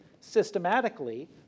systematically